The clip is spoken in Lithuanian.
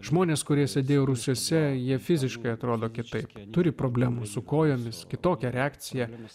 žmonės kurie sėdėjo rūsiuose jie fiziškai atrodo kitaip turi problemų su kojomis kitokia reakcija nes